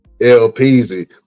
LPZ